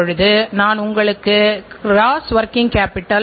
அப்போதுதான் மக்கள் உங்களுடன் தங்கியிருப்பார்கள்